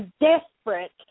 desperate